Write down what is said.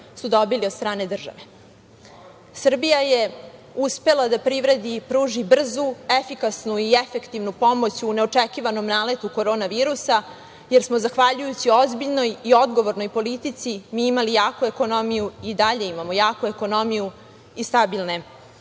su dobili od strane države. Srbija je uspela da privredi pruži brzu, efikasnu i efektivnu pomoć u neočekivanom naletu korona virusa, jer smo zahvaljujući ozbiljnoj i odgovornoj politici mi imali jaku ekonomiju i dalje imamo jaku ekonomiju i stabilne